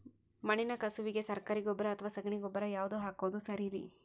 ಮಣ್ಣಿನ ಕಸುವಿಗೆ ಸರಕಾರಿ ಗೊಬ್ಬರ ಅಥವಾ ಸಗಣಿ ಗೊಬ್ಬರ ಯಾವ್ದು ಹಾಕೋದು ಸರೇರಿ?